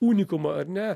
unikumą ar ne